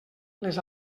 les